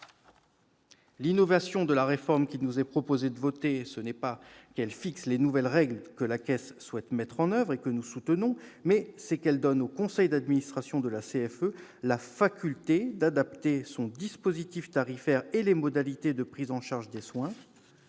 L'innovation de la réforme qu'il nous est proposé de voter réside dans le fait non pas qu'elle fixe les nouvelles règles que la Caisse souhaite mettre en oeuvre et que nous soutenons, mais qu'elle donne au conseil d'administration de la CFE la possibilité d'adapter son dispositif tarifaire et les modalités de prise en charge des soins,